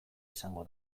izango